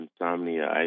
insomnia